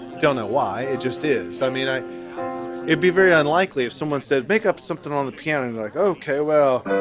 don't know why. it just is i mean, i would be very unlikely if someone said make up something on the piano and like, okay, well